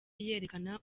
yerekana